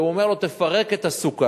והוא אומר לו: תפרק את הסוכה,